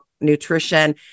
nutrition